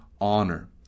honor